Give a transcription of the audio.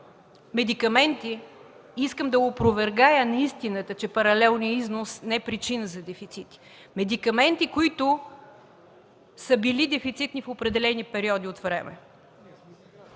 износ. Искам да опровергая неистината, че паралелният износ не е причина за дефицити. Сега ще изредя медикаменти, които са били дефицитни в определени периоди от време.